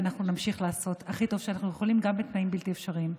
ואנחנו נמשיך לעשות הכי טוב שאנחנו יכולים גם בתנאים בלתי אפשריים.